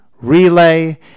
relay